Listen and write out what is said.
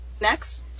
next